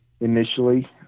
initially